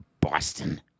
Boston